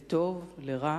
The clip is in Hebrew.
לטוב, לרע,